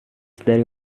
dari